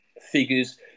figures